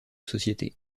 sociétés